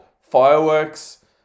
fireworks